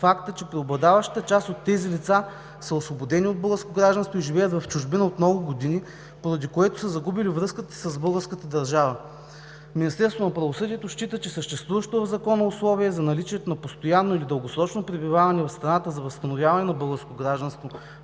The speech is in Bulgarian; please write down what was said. факта, че преобладаващата част от тези лица са освободени от българско гражданство и живеят в чужбина от много години, поради което са загубили връзката си с българската държава. Министерството на правосъдието счита, че съществуващото в Закона условие за наличието на постоянно или дългосрочно пребиваване в страната за възстановяване на българско гражданство